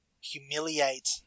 humiliate